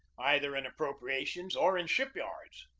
either in appropriations or in ship-yards.